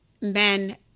men